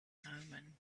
omen